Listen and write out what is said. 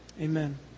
amen